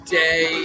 day